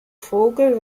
vogel